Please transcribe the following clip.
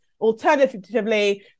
Alternatively